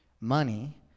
Money